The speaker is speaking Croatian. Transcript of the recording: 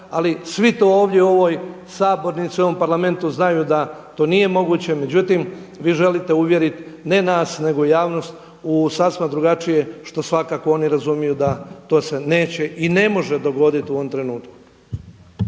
ali svi to ovdje u ovoj sabornici u ovom Parlamentu znaju da to nije moguće. Međutim, vi želite uvjeriti ne nas nego javnost u sasma drugačije što svakako oni razumiju da se to neće i ne može dogoditi u ovom trenutku.